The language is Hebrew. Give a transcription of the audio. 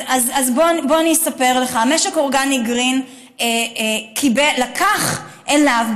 אז בוא אני אספר לך: משק Organic Green לקח אליו,